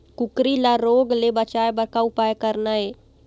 कुकरी ला रोग ले बचाए बर का उपाय करना ये?